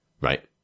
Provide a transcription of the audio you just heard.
right